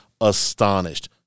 astonished